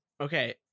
Okay